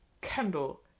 Kendall